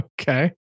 Okay